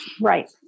Right